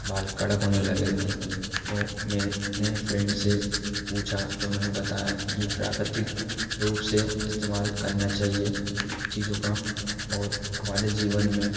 बाल कड़क होने लगे थे तो मैंने फ्रेंड से पूछा तो उन्होंने बताया कि प्राकृतिक रूप से इस्तेमाल करना चाहिए चीज़ों का और हमारे जीवन में